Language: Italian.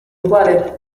uguale